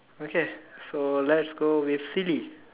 okay so let's go with silly